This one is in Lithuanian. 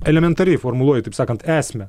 elementariai formuluoju taip sakant esmę